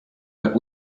but